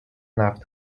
نفت